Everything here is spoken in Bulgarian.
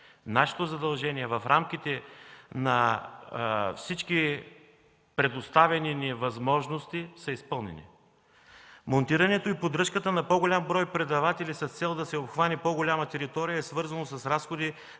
Нашето задължение, в рамките на всички предоставени ни възможности, е изпълнено. Монтирането и поддръжката на по-голям брой предаватели с цел да се обхване по-голяма територия е свързано с разходи